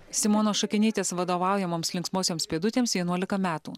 simonos šakinytės vadovaujamoms linksmosioms pėdutėms vienuolika metų